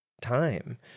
time